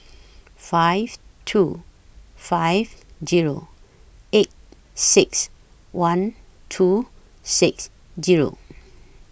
five two five Zero eight six one two six Zero